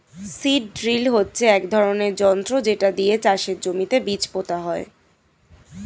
seed drill হচ্ছে এক ধরনের যন্ত্র যেটা দিয়ে চাষের জমিতে বীজ পোতা হয়